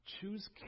Choose